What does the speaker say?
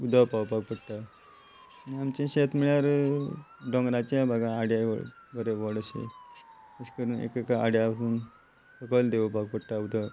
उदक पावपाक पडटा आनी आमचे शेत म्हळ्यार डोंगराच्या भागां आड्या बरे व्हड अशे करून एका आड्या वचून सकयल देवपाक पडटा उदक